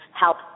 help